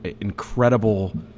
incredible